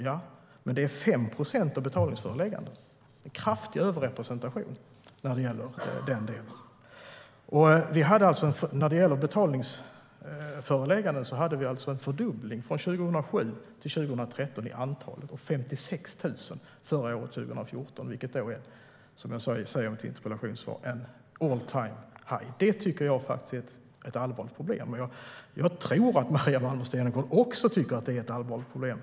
Ja, men det är 5 procent av betalningsföreläggandena. Det är en kraftig överrepresentation när det gäller den delen. Det var en fördubbling av antalet betalningsförelägganden från 2007 till 2013. Det var 56 000 förra året, 2014, vilket är all-time-high, som jag redovisar i interpellationssvaret. Det tycker jag är ett allvarligt problem. Jag tror att även Maria Malmer Stenergard tycker att det är ett allvarligt problem.